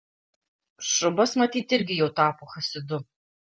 šubas matyt irgi jau tapo chasidu